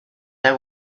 that